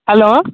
hello